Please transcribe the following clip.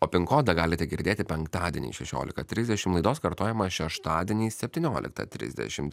o pin kodą galite girdėti penktadienį šešiolika trisdešim laidos kartojamas šeštadieniais septynioliktą trisdešim